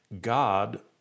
God